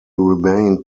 remained